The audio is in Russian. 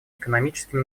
экономическим